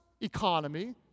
economy